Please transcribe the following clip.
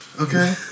Okay